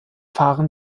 fahren